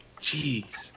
Jeez